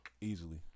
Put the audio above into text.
Easily